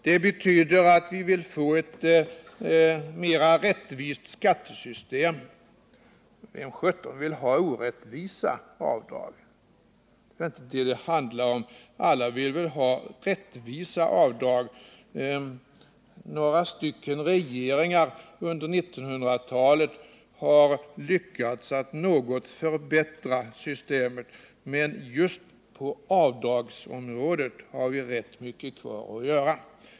Det betyder att vi vill få ett mera rättvist skattesystem. Vem sjutton vill ha orättvisa avdrag? Några regeringar under 1900-talet har lyckats att något förbättra skattesystemet, men på avdragsområdet har vi rätt mycket kvar att göra.